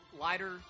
lighter